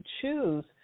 choose